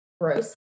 Gross